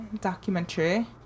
documentary